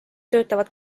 töötavad